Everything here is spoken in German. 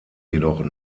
jedoch